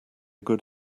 good